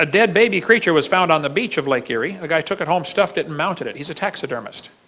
ah dead baby creature was found on the beach of lake erie. a guy took it home and stuffed it, and mounted it, he's a taxidermist.